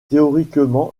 théoriquement